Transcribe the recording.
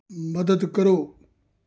ਮਦਦ ਕਰੋ